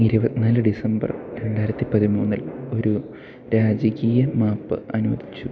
ഇരുപത്തിനാല് ഡിസംബർ രണ്ടായിരത്തി പതിമൂന്നിൽ ഒരു രാജകീയ മാപ്പ് അനുവദിച്ചു